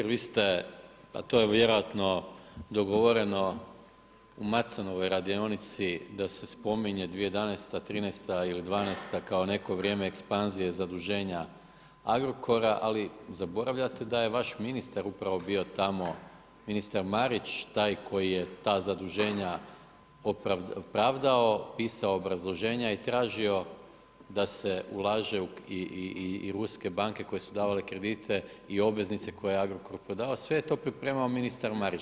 Kolega Šuker vi ste, a to je vjerojatno dogovoreno u macanovoj radionici da se spominje 2011., '13. ili '12. kao neko vrijeme ekspanzije zaduženja Agrokora, ali zaboravljate da je vaš ministar upravo bio tamo ministar Marić taj koji je ta zaduženja pravdao, pisao obrazloženja i tražio da se ulaže i ruske banke koje su davale kredite i obveznice koje je Agrokor prodavao sve je to pripremao ministar Marić.